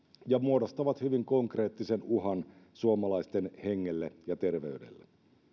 ja muodostavat hyvin konkreettisen uhan suomalaisten hengelle ja terveydelle